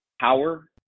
power